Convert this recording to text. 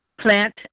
plant